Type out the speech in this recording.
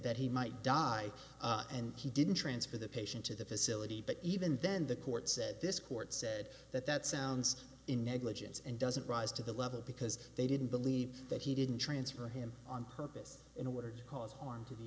that he might die and he didn't transfer the patient to the facility but even then the court said this court said that that sounds in negligence and doesn't rise to that level because they didn't believe that he didn't transfer him on purpose in order cause harm to the